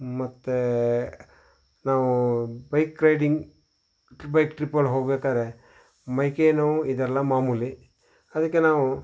ಮತ್ತು ನಾವು bike riding ಕ್ ಬೈಕ್ ಟ್ರಿಪ್ಪಲ್ಲಿ ಹೋಗ್ಬೇಕಾದ್ರೆ ಮೈ ಕೈ ನೋವು ಇದೆಲ್ಲ ಮಾಮೂಲಿ ಅದಕ್ಕೆ ನಾವು